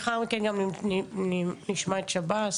לאחר מכן גם נשמע את שב"ס,